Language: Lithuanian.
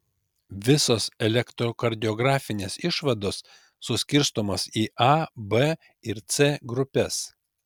visos elektrokardiografinės išvados suskirstomos į a b ir c grupes